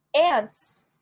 ants